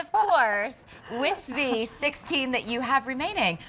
of course with the sixteen that you have remaining.